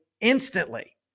instantly